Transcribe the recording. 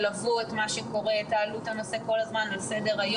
תלוו את מה שקורה ושתעלו את הנושא כל הזמן לסדר-היום.